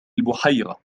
البحيرة